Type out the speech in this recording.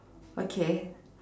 okay